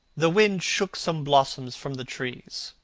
the wind shook some blossoms from the trees,